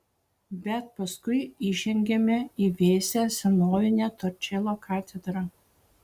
bet paskui įžengiame į vėsią senovinę torčelo katedrą